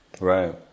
right